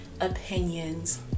opinions